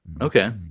Okay